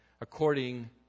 according